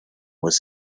was